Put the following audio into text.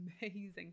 amazing